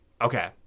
Okay